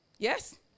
Yes